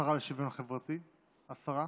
השרה לשוויון חברתי, השרה